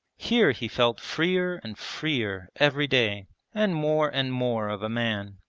here he felt freer and freer every day and more and more of a man.